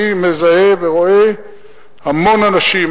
אני מזהה ורואה המון אנשים,